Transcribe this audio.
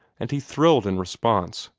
and he thrilled in response,